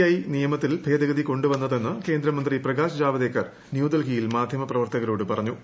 I നിയമത്തിൽ ഭേദഗതി കൊണ്ടുവന്നതെന്ന് കേന്ദ്രമന്ത്രി പ്രകാശ് ജാവദേക്കർ ന്യൂഡൽഹിയിൽ മാധ്യമ പ്രവർത്തകരോട് പറഞ്ഞു